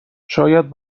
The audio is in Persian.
شاید